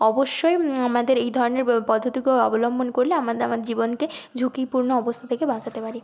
অবশ্যই আমাদের এই ধরনের পদ্ধতিগুলো অবলম্বন করলে আমাদের আমার জীবনকে ঝুঁকিপূর্ণ অবস্থা থেকে বাঁচাতে পারি